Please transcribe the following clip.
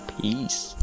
Peace